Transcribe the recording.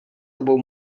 obou